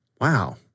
Wow